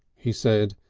he said,